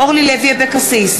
אורלי לוי אבקסיס,